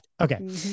Okay